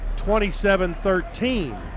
27-13